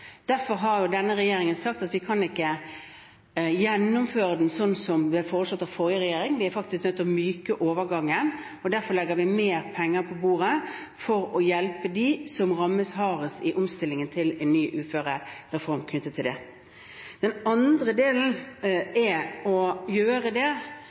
derfor har denne regjeringen sagt at vi ikke kan gjennomføre den slik som det ble foreslått av forrige regjering. Vi er nødt til å gjøre overgangen mykere, og derfor legger vi mer penger på bordet for å hjelpe dem som rammes hardest i omstillingen til en ny uførereform.